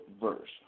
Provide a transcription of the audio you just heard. verse